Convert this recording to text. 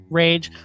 rage